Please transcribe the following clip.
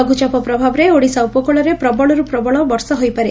ଲଘୁଚାପ ପ୍ରଭାବରେ ଓଡ଼ିଶା ଉପକୂଳରେ ପ୍ରବଳରୁ ପ୍ରବଳ ବର୍ଷା ହୋଇପାରେ